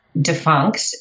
defunct